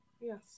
Yes